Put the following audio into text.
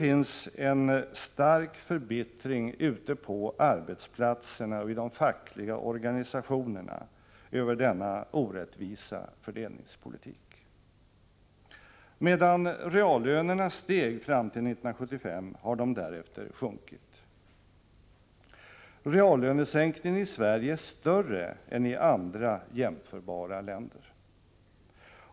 Det råder en stark förbittring ute på arbetsplatserna och i de fackliga organisationerna över denna orättvisa fördelningspolitik. Medan reallönerna steg fram till 1975 har de därefter sjunkit. Reallönesänkningen i Sverige är större än i andra jämförbara länder.